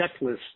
checklist